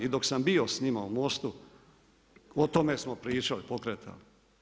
I dok sam bio s njima u MOST-u o tome smo pričali, pokretali.